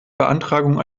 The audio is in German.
beantragung